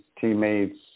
teammates